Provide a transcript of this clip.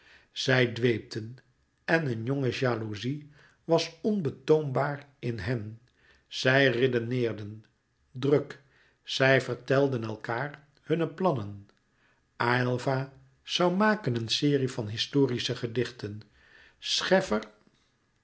zij dweepten en een jonge jalouzie was onbetoombaar in hen zij redeneerden druk zij vertelden elkaâr hunne plannen aylva zoû maken een serie van historische gedichten scheffer